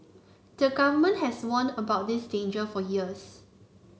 the government has warned about this danger for years